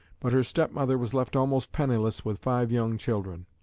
but her stepmother was left almost penniless with five young children.